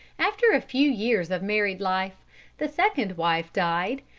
after a few years of married life the second wife died,